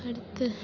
அடுத்து